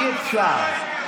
אי-אפשר.